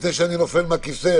לפני שאני נופל מהכיסא,